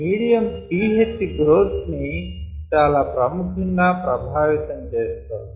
medium pH growth ని చాలా ప్రముఖంగా ప్రభావితం చేస్తోంది